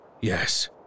Yes